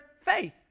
faith